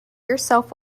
yourself